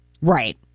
Right